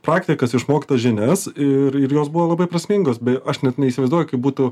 praktikas išmoktas žinias ir ir jos buvo labai prasmingos aš net neįsivaizduoju kaip būtų